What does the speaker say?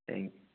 सही